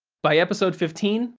by episode fifteen,